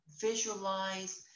visualize